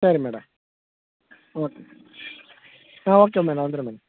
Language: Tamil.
சரி மேடம் ஓக் ஆ ஓகே மேடம் வந்துடுறேன் மேடம்